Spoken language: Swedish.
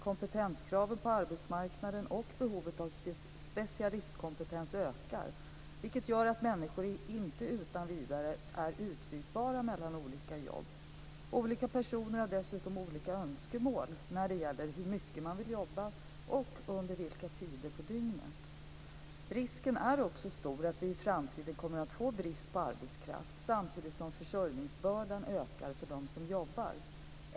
Kompetenskraven på arbetsmarknaden och behovet av specialistkompetens ökar vilket gör att människor inte utan vidare är utbytbara mellan olika jobb. Olika personer har dessutom olika önskemål när det gäller hur mycket man vill jobba och under vilka tider på dygnet. Risken är också stor att vi i framtiden kommer att få brist på arbetskraft samtidigt som försörjningsbördan ökar för dem som jobbar.